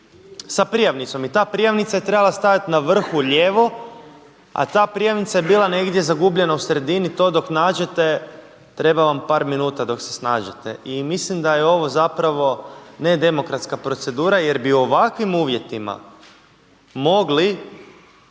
sa prijavnicom i ta prijavnica je trebala stajati na vrhu lijevo, a ta prijavnica je bila negdje zagubljena u sredini. To dok nađete treba vam par minuta dok se snađete. I mislim da je ovo zapravo ne demokratska procedura, jer bi u ovakvim uvjetima mogli